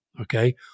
Okay